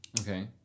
Okay